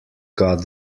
got